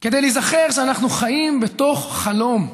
כדי להיזכר שאנחנו חיים בתוך חלום.